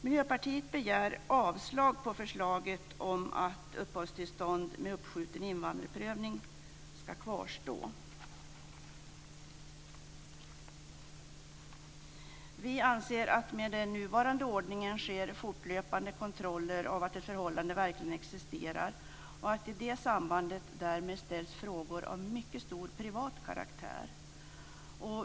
Miljöpartiet begär avslag på förslaget att uppehållstillstånd med uppskjuten invandringsprövning ska kvarstå. Vi anser att det med den nuvarande ordningen sker fortlöpande kontroller av att ett förhållande verkligen existerar och att det i samband därmed ställs frågor av mycket stor privat karaktär.